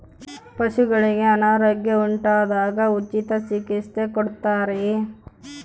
ಪಶುಗಳಿಗೆ ಅನಾರೋಗ್ಯ ಉಂಟಾದಾಗ ಉಚಿತ ಚಿಕಿತ್ಸೆ ಕೊಡುತ್ತಾರೆಯೇ?